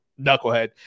knucklehead